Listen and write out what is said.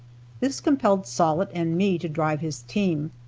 this compelled sollitt and me to drive his team.